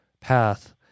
path